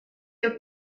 der